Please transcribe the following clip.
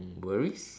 mm worries